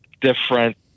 different